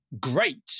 great